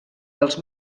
dels